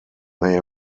may